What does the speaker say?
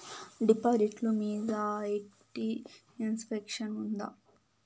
డిపాజిట్లు మీద IT exemption ఉందా?